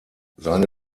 seine